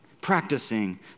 practicing